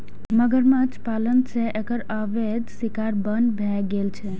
मगरमच्छ पालन सं एकर अवैध शिकार बन्न भए गेल छै